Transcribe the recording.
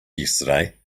yesterday